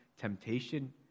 temptation